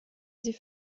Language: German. sie